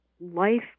life